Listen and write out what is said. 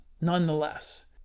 nonetheless